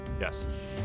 Yes